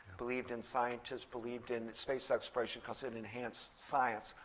believed in scientists, believed in space exploration, because it enhanced science.